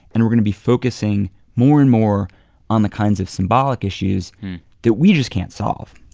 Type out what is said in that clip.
and we're going to be focusing more and more on the kinds of symbolic issues that we just can't solve.